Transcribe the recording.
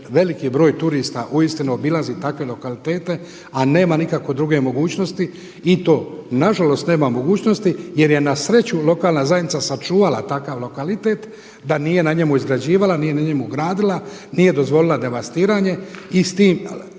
veliki broj turista uistinu obilazi takve lokalitete, a nema nikakve druge mogućnosti i to na žalost nema mogućnosti jer je na sreću lokalna zajednica sačuvala takav lokalitet da nije na njemu izgrađivala, nije na njemu gradila, nije dozvolila devastiranje i s tim